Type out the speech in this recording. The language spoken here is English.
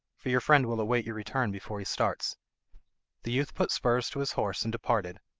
for your friend will await your return before he starts the youth put spurs to his horse and departed,